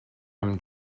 him